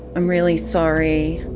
i'm really sorry.